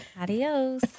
Adios